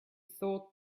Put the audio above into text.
thought